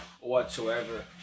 whatsoever